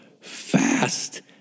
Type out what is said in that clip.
fast